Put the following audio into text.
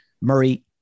Murray